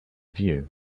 view